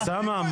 אוסאמה,